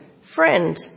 Friend